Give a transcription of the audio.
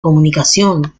comunicación